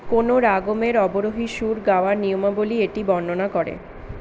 কোনও রাগমের অবরোহী সুর গাওয়ার নিয়মাবলী এটি বর্ণনা করে